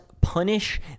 punish